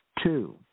Two